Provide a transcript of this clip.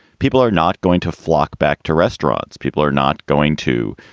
people are not going to flock back to restaurants. people are not going to